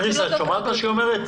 איריס, את שומעת מה היא אומרת.